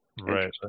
right